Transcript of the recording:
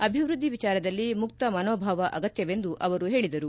ಅಭಿವೃದ್ಧಿ ವಿಚಾರದಲ್ಲಿ ಮುಕ್ತ ಮನೋಭಾವ ಅಗತ್ತವೆಂದು ಅವರು ಹೇಳಿದರು